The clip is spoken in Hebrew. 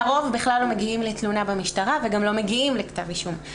והרוב בכלל לא מגיעים לתלונה במשטרה וגם לא מגיעים לכתב אישום.